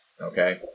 okay